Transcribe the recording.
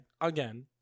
again